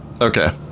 okay